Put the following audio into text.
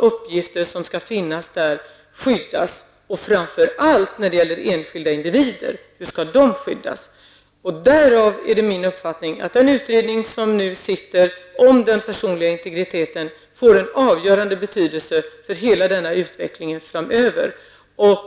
uppgifter skall kunna skyddas, framför allt när det gäller enskilda individer. Här är det min uppfattning att den sittande utredningen om den personliga integriteten får avgörande betydelse för hela utvecklingen framöver.